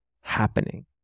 happening